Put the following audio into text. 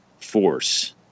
force